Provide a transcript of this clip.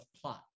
plot